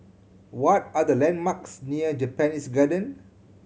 what are the landmarks near Japanese Garden